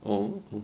oh